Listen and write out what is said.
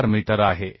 4 metre आहे